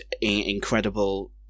incredible